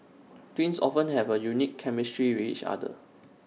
twins often have A unique chemistry with each other